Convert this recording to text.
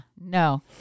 No